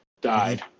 died